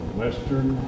western